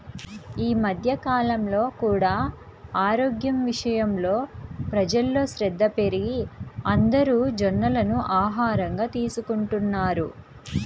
ఈ మధ్య కాలంలో కూడా ఆరోగ్యం విషయంలో ప్రజల్లో శ్రద్ధ పెరిగి అందరూ జొన్నలను ఆహారంగా తీసుకుంటున్నారు